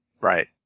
Right